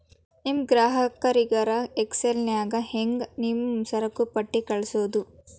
ನಿಮ್ ಗ್ರಾಹಕರಿಗರ ಎಕ್ಸೆಲ್ ನ್ಯಾಗ ಹೆಂಗ್ ನಿಮ್ಮ ಸರಕುಪಟ್ಟಿ ಕಳ್ಸೋದು?